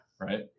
Right